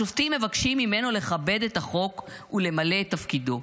השופטים מבקשים ממנו לכבד את החוק ולמלא את תפקידו,